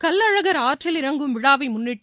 கள்ளழகர் ஆற்றில் இறங்கும் விழாவை முன்னிட்டு